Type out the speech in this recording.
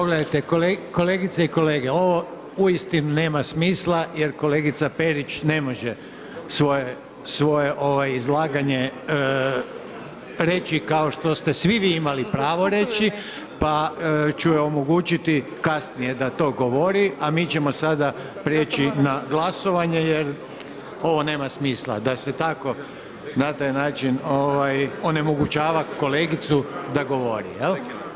Pogledajte kolegice i kolege, ovo uistinu nema smisla jer kolegica Perić ne može svoje izlaganje reći kao što ste svi vi imali pravo reći pa ću joj omogućiti kasnije da to govori a mi ćemo sada prijeći na glasovanje jer ovo nema smisla da se tako na taj način onemogućava kolegicu da govori, jel.